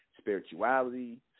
spirituality